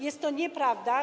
Jest to nieprawda.